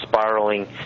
spiraling